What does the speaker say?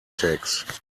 tax